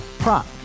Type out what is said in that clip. Prop